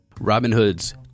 Robinhood's